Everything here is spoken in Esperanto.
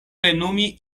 plenumi